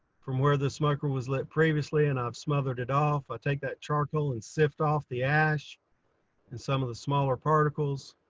from where the smoker was lit previously and i've smothered it off. i take that charcoal and sift off the ash and some of the smaller particles.